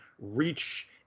reach